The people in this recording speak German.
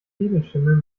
edelschimmel